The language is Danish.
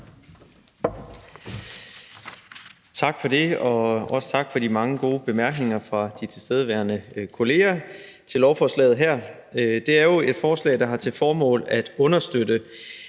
Tak for det, og også tak for de mange gode bemærkninger fra de tilstedeværende kolleger til lovforslaget her. Det er jo et lovforslag, der har til formål at understøtte,